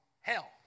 hell